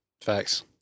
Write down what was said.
Facts